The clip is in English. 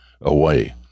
away